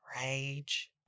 rage